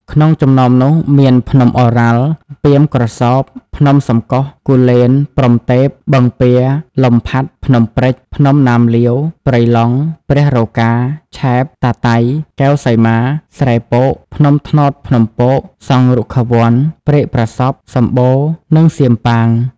ក្នុងចំណោមនោះរួមមាន ភ្នំឱរ៉ាល់ ពាមក្រសោប ភ្នំសំកុស គូលែន-ព្រហ្មទេព បឹងពែរ លំផាត់ ភ្នំព្រេច ភ្នំណាមលៀវ ព្រៃឡង់ ព្រះរកា ឆែប តាតៃ កែវសីមា ស្រែពក ភ្នំត្នោតភ្នំពក សង្ឃរុក្ខាវ័ន ព្រែកប្រសព្វ សំបូរ និងសៀមប៉ាង។